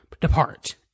depart